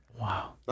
Wow